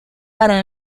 para